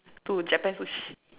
to Japan Sushi